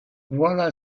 voilà